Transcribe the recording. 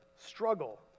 Struggle